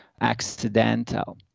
accidental